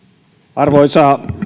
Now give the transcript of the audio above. arvoisa